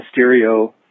Mysterio